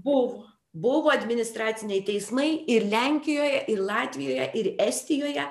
buvo buvo administraciniai teismai ir lenkijoje ir latvijoje ir estijoje